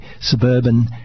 suburban